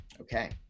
Okay